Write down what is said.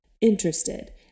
interested